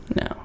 No